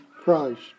Christ